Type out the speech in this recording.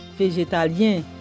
végétalien